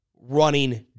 running